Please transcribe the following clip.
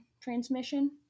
transmission